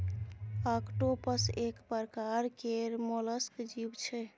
octopus एक परकार केर मोलस्क जीव छै